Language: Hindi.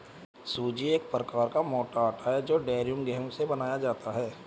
सूजी एक प्रकार का मोटा आटा है जो ड्यूरम गेहूं से बनाया जाता है